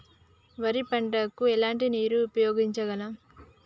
వరి పంట కు ఎలాంటి నీరు ఉపయోగించగలం?